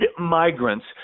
migrants